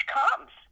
comes